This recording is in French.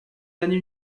années